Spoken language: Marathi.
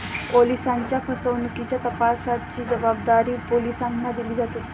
ओलिसांच्या फसवणुकीच्या तपासाची जबाबदारी पोलिसांना दिली जाते